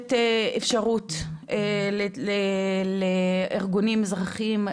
לתת אפשרות לארגונים אזרחיים.